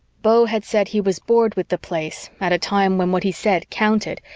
beau had said he was bored with the place at a time when what he said counted,